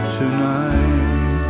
tonight